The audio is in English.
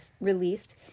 released